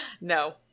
No